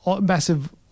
massive